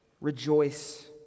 Rejoice